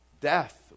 death